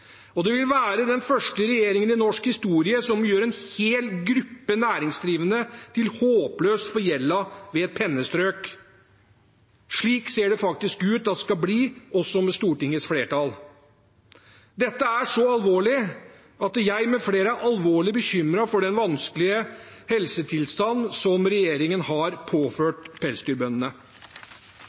og det vil være den første regjeringen i norsk historie som gjør en hel gruppe næringsdrivende håpløst forgjeldet med et pennestrøk. Slik ser det faktisk ut at det skal bli, også med Stortingets flertall. Dette er så alvorlig at jeg, med flere, er alvorlig bekymret for den vanskelige helsetilstanden som regjeringen har påført pelsdyrbøndene.